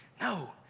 No